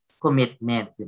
commitment